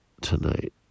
tonight